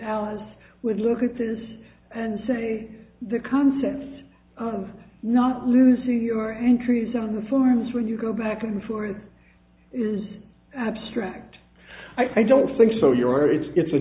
allies would look at this and say the concepts of not losing your entries on the forms when you go back and forth is abstract i don't think so your it's it's a